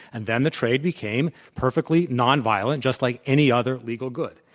and then the trade became perfectly nonviolent just like any other legal good.